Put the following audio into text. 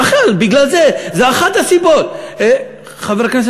נכון, בגלל זה.